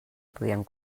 podien